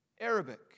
Arabic